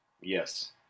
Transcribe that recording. Yes